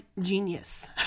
genius